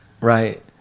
Right